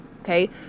Okay